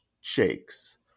shakes